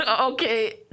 Okay